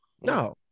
No